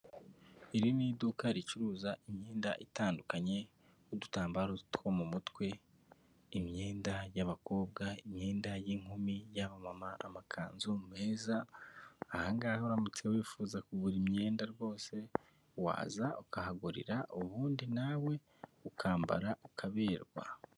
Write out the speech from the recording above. Iri ni iduka ricuruza imyenda itandukanye n'udutambaro two mu mutwe imyenda y'abakobwa, imyenda y'inkumi y'abamama, amakanzu meza, ahangaha uramutse wifuza kugura imyenda rwose waza ukahagurira ubundi nawe ukambara ukaberwa.